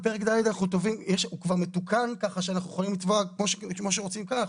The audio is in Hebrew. פרק ד' הוא כבר מתוקן כך שאנחנו יכולים לתבוע כמו שרוצים כאן.